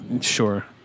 Sure